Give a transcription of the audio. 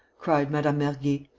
cried madame mergy.